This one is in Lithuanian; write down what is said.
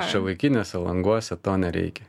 šiuolaikiniuose languose to nereikia